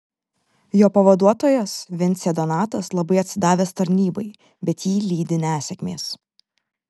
jo pavaduotojas vincė donatas labai atsidavęs tarnybai bet jį lydi nesėkmės